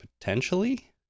potentially